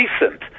recent